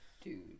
Dude